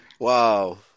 Wow